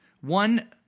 One